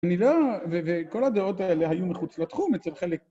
אני לא... וכל הדעות האלה היו מחוץ לתחום, אצל חלק...